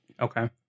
Okay